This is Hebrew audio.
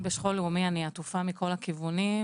אם בשכול לאומי אני עטופה מכל הכיוונים,